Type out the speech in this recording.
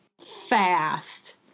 fast